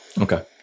Okay